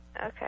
Okay